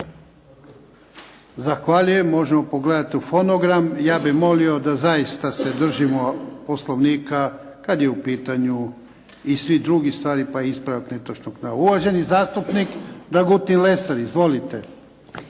Zahvaljujem. Možemo pogledati u fonogram. Ja bih molio da zaista se držimo Poslovnika kad je u pitanju i svih drugih stvari, pa i ispravak netočnog navoda. Uvaženi zastupnik Dragutin Lesar. Izvolite.